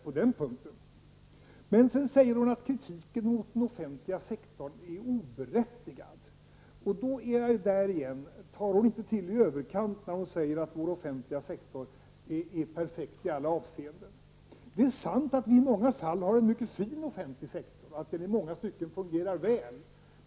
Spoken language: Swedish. Sedan säger Iris Mårtensson att kritiken mot den offentliga sektorn är oberättigad. Då är jag där igen: Tar inte Iris Mårtensson till i överkant när hon säger att vår offentliga sektor är perfekt i alla avseenden? Det är sant att vi i många fall har en mycket fin offentlig sektor och att den i många stycken fungerar väl.